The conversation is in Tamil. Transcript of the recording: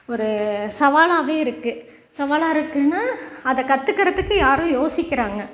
ஒரு சவாலாகவே இருக்குது சவாலாக இருக்குதுனா அதை கற்றுக்கிறதுக்கு யாரும் யோசிக்கிறாங்க